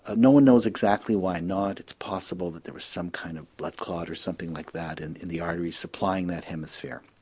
ah no one knows exactly why not, it's possible that there was some kind of blood clot or something like that in in the artery supplying that hemisphere.